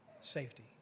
safety